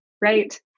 right